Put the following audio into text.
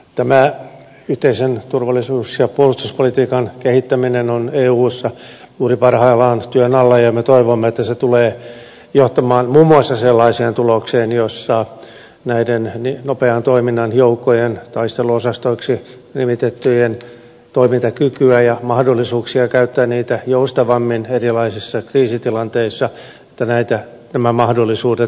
tämän yhteisen turvallisuus ja puolustuspolitiikan kehittäminen on eussa juuri parhaillaan työn alla ja me toivomme että se tulee johtamaan muun muassa sellaiseen tulokseen jossa näiden nopean toiminnan joukkojen taisteluosastoiksi nimitettyjen toimintakyky ja mahdollisuudet käyttää niitä joustavammin erilaisissa kriisitilanteissa paranevat